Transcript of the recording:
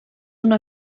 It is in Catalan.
una